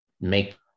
make